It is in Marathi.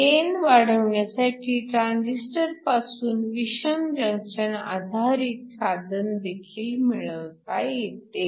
गेन वाढविण्यासाठी ट्रांजिस्टरपासून विषम जंक्शन आधारित साधनदेखील मिळवता येते